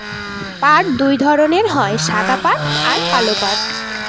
পাট দুই ধরনের হয় সাদা পাট আর কালো পাট